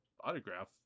autograph